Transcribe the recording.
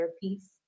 piece